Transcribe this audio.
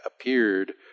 appeared